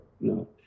no